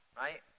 right